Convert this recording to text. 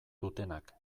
dutenak